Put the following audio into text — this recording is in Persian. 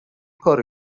کارو